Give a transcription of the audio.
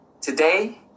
today